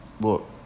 Look